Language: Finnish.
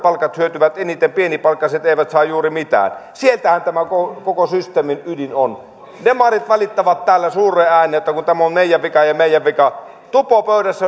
hyötyvät eniten pienipalkkaiset eivät saa juuri mitään siellähän tämä koko systeemin ydin on demarit valittavat täällä suureen ääneen meille että kun tämä on meidän vika ja meidän vika tupopöydässä